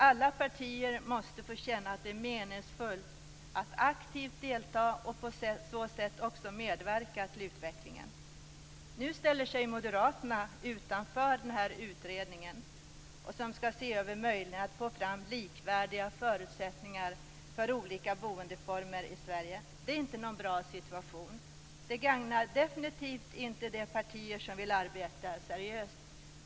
Alla partier måste få känna att det är meningsfullt att aktivt delta och på så sätt också medverka till utvecklingen. Nu ställer sig moderaterna utanför den här utredningen som skall se över möjligheterna att få fram likvärdiga förutsättningar för olika boendeformer i Sverige. Det är inte någon bra situation. Det gagnar definitivt inte de partier som vill arbeta seriöst.